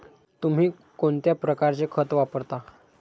तुम्ही कोणत्या प्रकारचे खत वापरता?